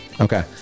Okay